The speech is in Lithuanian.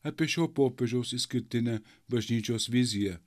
apie šio popiežiaus išskirtinę bažnyčios viziją